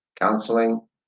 counseling